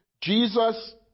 Jesus